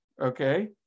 Okay